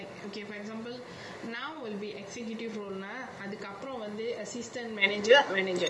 okay like for example now will be executive role nah அதுக்கு அப்புறம் வந்து:athuku apram vanthu assistant manager